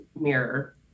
mirror